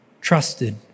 trusted